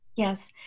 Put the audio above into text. Yes